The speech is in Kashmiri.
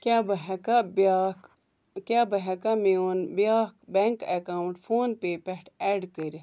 کیٛاہ بہٕ ہیٚکاہ بیٛاکھ کیٛاہ بہٕ ہیٚکاہ میٛون بیٛاکھ بیٚنٛک ایٚکاونٛٹ فون پے پٮ۪ٹھ ایٚڈ کٔرِتھ